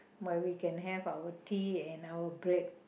where we can have our tea and our break